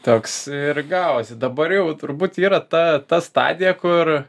toks ir gavosi dabar jau turbūt yra ta ta stadija kur